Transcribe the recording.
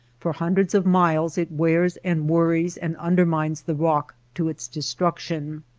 for hundreds of miles it wears and worries and undermines the rock to its destruc tion.